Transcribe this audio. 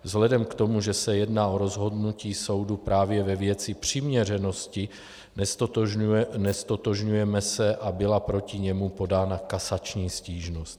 Vzhledem k tomu, že se jedná o rozhodnutí soudu právě ve věci přiměřenosti, neztotožňujeme se a byla proti němu podána kasační stížnost.